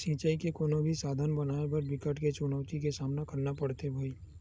सिचई के कोनो भी साधन बनाए बर बिकट के चुनउती के सामना करना परथे भइर